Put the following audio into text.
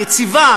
יציבה,